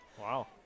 Wow